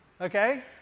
okay